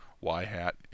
y-hat